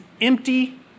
empty